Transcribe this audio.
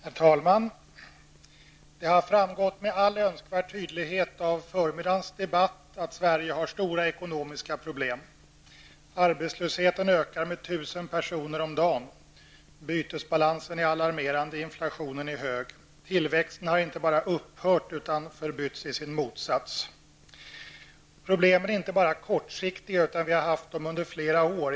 Herr talman! Det har framgått med all önskvärd tydlighet av förmiddagens debatt att Sverige har stora ekonomiska problem. Arbetslösheten ökar med tusen personer om dagen. Bytesbalansen är alarmerande. Inflationen är hög. Tillväxten har inte bara upphört utan förbytts i sin motsats. Problemen är inte bara kortsiktiga, utan vi har haft dem under flera år.